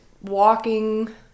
walking